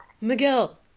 Miguel